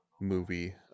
movie